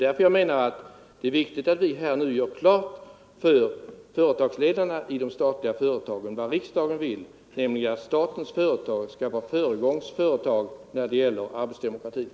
Därför menar jag att det är viktigt att vi gör klart för företagsledarna i de statliga företagen vad riksdagen vill, nämligen att statens företag skall vara föregångsföretag när det gäller arbetsdemokratin.